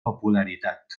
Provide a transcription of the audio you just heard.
popularitat